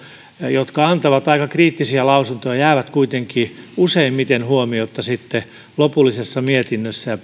jotka antavat aika kriittisiä lausuntoja jäävät sitten kuitenkin useimmiten huomiotta lopullisessa mietinnössä ja